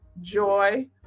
joy